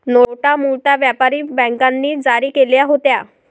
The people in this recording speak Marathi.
नोटा मूळतः व्यापारी बँकांनी जारी केल्या होत्या